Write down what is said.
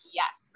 yes